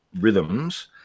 rhythms